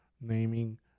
naming